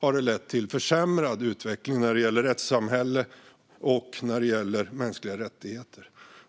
har det lett till försämrad utveckling när det gäller rättssamhälle och när det gäller mänskliga rättigheter.